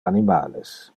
animales